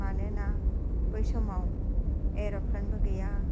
मानोना बै समाव एर'फ्लेनबो गैया